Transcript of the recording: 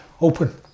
open